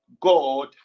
God